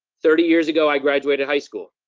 thirty years ago, i graduated high school.